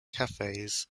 cafes